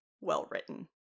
well-written